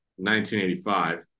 1985